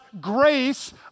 grace